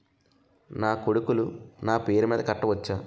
నా కొడుకులు నా పేరి మీద కట్ట వచ్చా?